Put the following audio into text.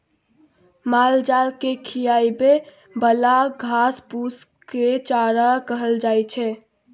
मालजाल केँ खिआबे बला घास फुस केँ चारा कहल जाइ छै